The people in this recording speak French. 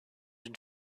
une